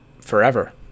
Forever